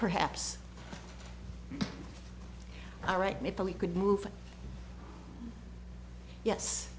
perhaps all right maybe we could move yes